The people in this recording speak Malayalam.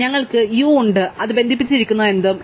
അതിനാൽ ഞങ്ങൾക്ക് U ഉണ്ട് അത് ബന്ധിപ്പിച്ചിരിക്കുന്നതെന്തും